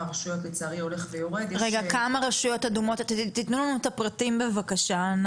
תנו לנו את הפרטים בבקשה.